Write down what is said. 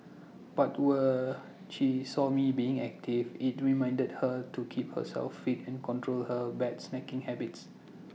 but were she saw me being active IT reminded her to keep herself fit and control her bad snacking habits